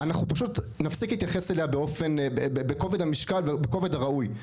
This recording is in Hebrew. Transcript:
אז אנחנו פשוט נפסיק להתייחס אליה בכובד הראוי לה.